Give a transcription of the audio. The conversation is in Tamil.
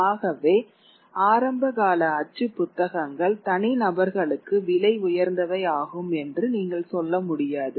ஆகவே ஆரம்ப கால அச்சு புத்தகங்கள் தனிநபர்களுக்கு விலை உயர்ந்தவை ஆகும் என்று நீங்கள் சொல்ல முடியாது